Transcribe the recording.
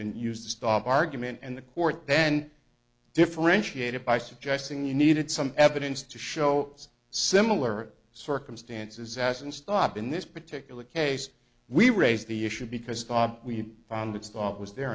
and used to stop argument and the court then differentiated by suggesting you needed some evidence to show similar circumstances as in stop in this particular case we raised the issue because we found it's thought was there